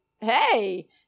hey